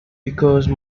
because